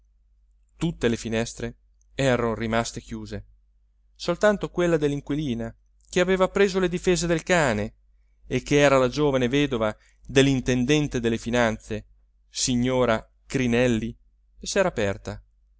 tutte le finestre eran rimaste chiuse soltanto quella dell'inquilina che aveva preso le difese del cane e ch'era la giovine vedova dell'intendente delle finanze signora crinelli s'era aperta